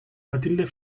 matilde